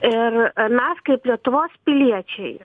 ir mes kaip lietuvos piliečiai